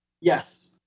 Yes